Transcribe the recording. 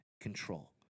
control